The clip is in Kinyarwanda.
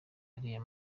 ariya